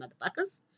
motherfuckers